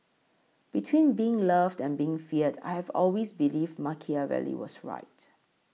between being loved and being feared I have always believed Machiavelli was right